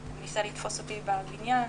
ניסה לתפוס אותי בבניין,